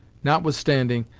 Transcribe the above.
notwithstanding,